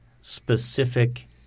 specific